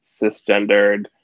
cisgendered